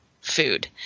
food